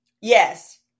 Yes